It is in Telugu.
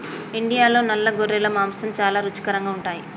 ఇండియాలో నల్ల గొర్రెల మాంసం చాలా రుచికరంగా ఉంటాయి